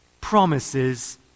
promises